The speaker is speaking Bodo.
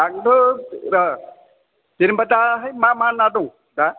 आंनोथ' र' जेनेवबा दाहाय मा मा ना दं दा